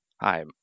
Hi